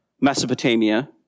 Mesopotamia